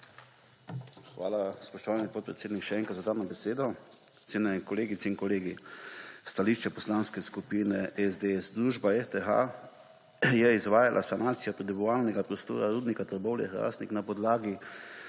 hvala, spoštovani podpredsednik, za dano besedo. Cenjene kolegice in kolegi! Stališče Poslanske skupine SDS. Družba RTH je izvajala sanacijo pridobivalnega prostora Rudnika Trbovlje-Hrastnik na podlagi